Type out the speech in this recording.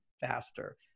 faster